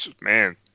man